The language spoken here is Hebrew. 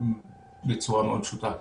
וזה דבר מאוד קשה.